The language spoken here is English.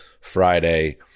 Friday